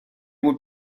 would